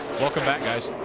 welcome back, guys.